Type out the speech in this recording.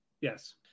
Yes